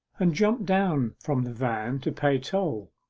and jumped down from the van to pay toll.